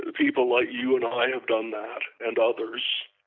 ah people like you and i have done that, and others,